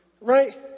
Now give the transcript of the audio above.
right